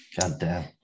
Goddamn